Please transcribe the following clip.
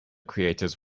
creators